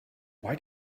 why